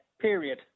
period